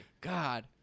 God